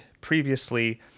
previously